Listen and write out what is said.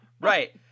Right